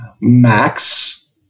Max